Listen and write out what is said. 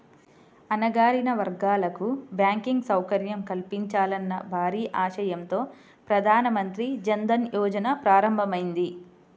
అణగారిన వర్గాలకు బ్యాంకింగ్ సౌకర్యం కల్పించాలన్న భారీ ఆశయంతో ప్రధాన మంత్రి జన్ ధన్ యోజన ప్రారంభమైంది